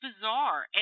bizarre